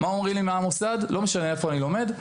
מה אומרים לי מהמוסד, לא משנה איפה אני לומד,